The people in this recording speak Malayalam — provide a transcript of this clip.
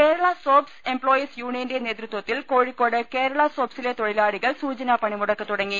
കേരള സോപ്സ് എംപ്ലോയീസ് യൂണിയന്റെ നേതൃത്വത്തിൽ കോഴിക്കോട് കേരള സോപ്സിലെ തൊഴിലാളികൾ സൂചനാ പണിമൂടക്ക് തുടങ്ങി